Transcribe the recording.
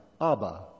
abba